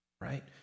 Right